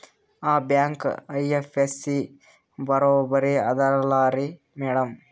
ಆ bank IFSC ಬರೊಬರಿ ಅದಲಾರಿ ಮ್ಯಾಡಂ?